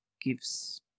gives